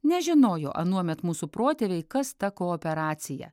nežinojo anuomet mūsų protėviai kas ta kooperacija